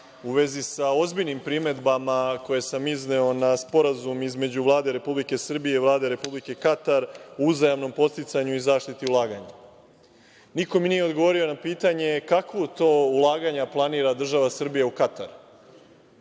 u vezi sa ozbiljnim primedbama koje sam izneo na sporazum između Vlade Republike Srbije i Vlade Republike Katar o uzajamnom podsticanju i zaštiti ulaganja. Niko mi nije odgovorio na pitanje kakva to ulaganja planira država Srbija u Katar.